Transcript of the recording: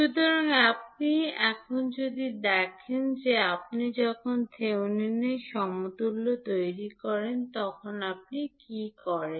সুতরাং এখন আপনি যদি দেখেন যে আপনি যখন থেভেনিন সমতুল্য তৈরি করেন তখন আপনি কী করেন